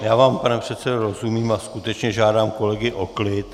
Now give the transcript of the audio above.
Já vám, pane předsedo, rozumím a skutečně žádám kolegy o klid.